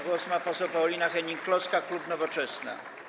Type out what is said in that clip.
Głos ma poseł Paulina Hennig-Kloska, klub Nowoczesna.